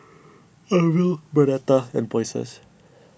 Arvel Bernetta and Moises